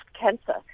cancer